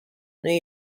new